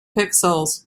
pixels